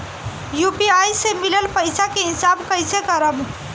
UPI से मिलल पईसा के हिसाब कइसे करब?